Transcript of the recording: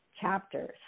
chapters